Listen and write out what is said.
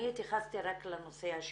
אני התייחסתי רק לנושא השיקול